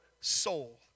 soul